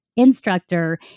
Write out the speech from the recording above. instructor